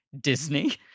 Disney